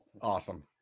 awesome